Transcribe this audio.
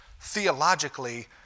theologically